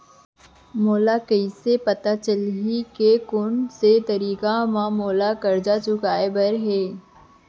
मोला कइसे पता चलही के कोन से तारीक म मोला करजा चुकोय बर हे?